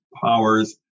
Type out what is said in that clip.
powers